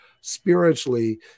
spiritually